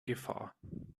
gefahr